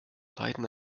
leiden